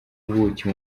ubuki